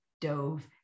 dove